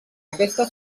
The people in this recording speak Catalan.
aquesta